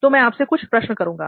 तो मैं आपसे कुछ प्रश्न करुंगा